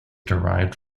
derived